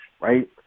right